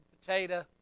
potato